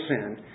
sin